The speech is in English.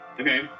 Okay